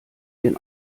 den